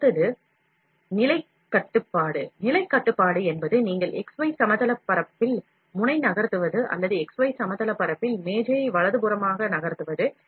அடுத்தது நிலை கட்டுப்பாடு நிலை கட்டுப்பாடு என்பது நீங்கள் x y சமதளப் பரப்பில் முனை நகர்த்துவது அல்லது x y சமதளப் பரப்பில் மேஜையை வலதுபுறமாக நகர்த்துவது